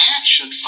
action